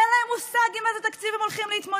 אין מושג עם איזה תקציב הם הולכים להתמודד.